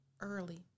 early